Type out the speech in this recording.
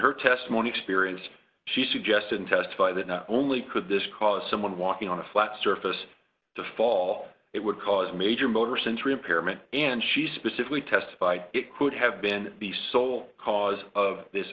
her testimony experienced she suggested and testify that not only could this cause someone walking on a flat surface to fall it would cause major motor center impairment and she specifically testified it could have been the sole cause of this